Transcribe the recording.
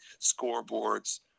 scoreboards